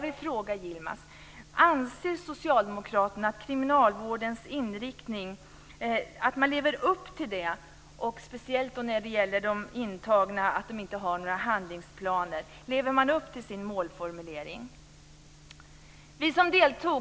Vi som deltog i kriminalvårdskonferensen i Örebro -